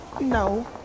No